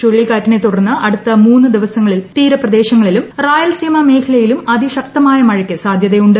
ചുഴലിക്കാറ്റിനെ തുടർന്ന് അടുത്ത മൂന്ന് ദിവസങ്ങളിൽ തീരപ്രദേശങ്ങളിലും റായലസീമ മേഖലയിലും അതിശക്തമായ മഴയ്ക്ക് സാധ്യതയുണ്ട്